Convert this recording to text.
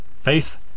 Faith